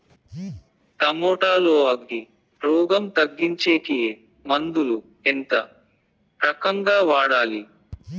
Tomato లో అగ్గి రోగం తగ్గించేకి ఏ మందులు? ఎంత? ఏ రకంగా వాడాలి?